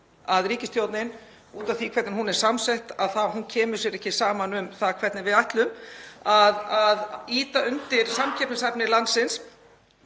að ríkisstjórnin, út af því hvernig hún er samsett, komi sér ekki saman um það hvernig við ætlum að ýta undir samkeppnishæfni landsins